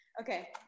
Okay